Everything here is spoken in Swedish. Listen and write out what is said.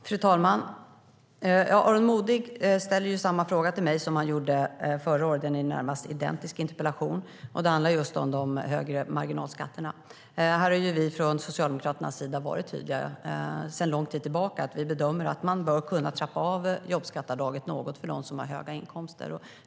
Fru talman! Aron Modig ställer samma fråga till mig som han gjorde förra året i en närmast identisk interpellation. Den handlar just om de högre marginalskatterna. Från Socialdemokraternas sida har vi varit tydliga sedan lång tid tillbaka med att vi bedömer att man bör kunna trappa av jobbskatteavdraget något för dem som har höga inkomster.